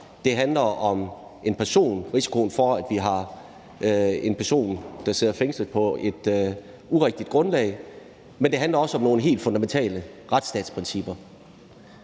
Det handler om, at der er en risiko for, at vi har en person, der sidder fængslet på et urigtigt grundlag, men det handler også om nogle helt fundamentale retsstatsprincipper.